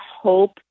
hope